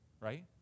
Right